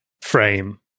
frame